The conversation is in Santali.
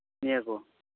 ᱱᱤᱭᱟᱹ ᱠᱚ